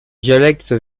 dialecte